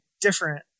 different